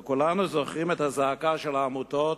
וכולנו זוכרים את הזעקה של העמותות,